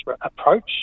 approach